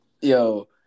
yo